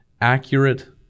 accurate